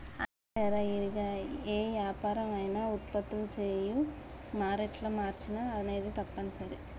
అంతేలేరా ఇరిగా ఏ యాపరం అయినా ఉత్పత్తులు చేయు మారేట్ల మార్చిన అనేది తప్పనిసరి